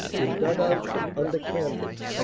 in dug-outs and under canvas.